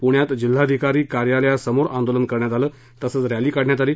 पुण्यात जिल्हाधिकारी कार्यालयासमोर आंदोलन करण्यात आलं तसंच रस्ती काढण्यात आली